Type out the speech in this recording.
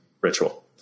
ritual